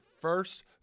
first